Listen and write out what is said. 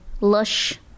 lush